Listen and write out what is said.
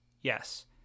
Yes